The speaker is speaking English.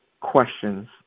questions